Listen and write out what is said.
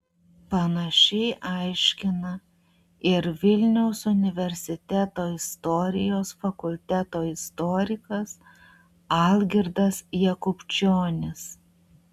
panašiai aiškina ir vilniaus universiteto istorijos fakulteto istorikas algirdas jakubčionis